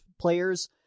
players